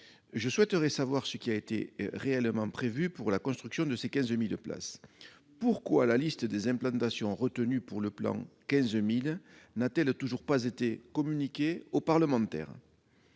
Je souhaiterais savoir ce qui a été réellement prévu pour la construction de ces 15 000 places. Pourquoi la liste des implantations retenues dans le cadre de ce plan n'a-t-elle toujours pas été communiquée aux parlementaires ?